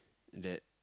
that